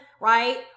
right